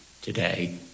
today